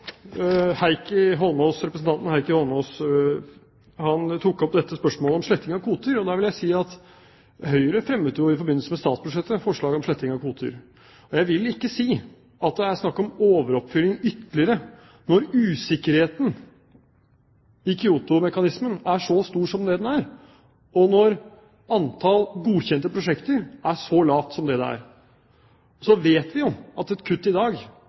Heikki Holmås tok opp spørsmålet om sletting av kvoter. Da vil jeg si at Høyre i forbindelse med statsbudsjettet fremmet forslag om sletting av kvoter. Jeg vil ikke si at det er snakk om ytterligere overoppfylling når usikkerheten i kyotomekanismen er så stor som den er, og når antall godkjente prosjekter er så lavt som det er. Vi vet at et kutt i dag